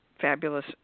fabulous